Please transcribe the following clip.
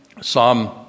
Psalm